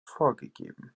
vorgegeben